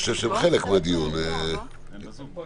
אני חושב שהם חלק מהדיון, הם בזום.